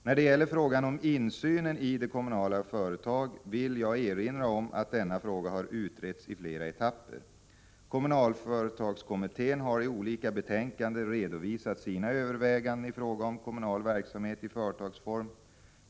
När det gäller frågan om insynen i kommunala företag vill jag erinra om att denna fråga har utretts i flera etapper. Kommunalföretagskommittén har i olika betänkanden redovisat sina överväganden i fråga om kommunal verksamhet i företagsform.